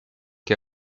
che